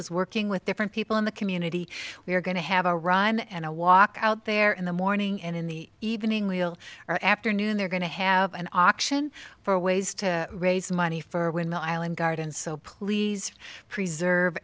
is working with different people in the community we're going to have a rhyme and a walk out there in the morning and in the evening we'll or afternoon they're going to have an auction for ways to raise money for when the island gardens so please preserve